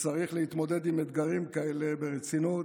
שצריך להתמודד עם אתגרים כאלה ברצינות,